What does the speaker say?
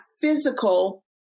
physical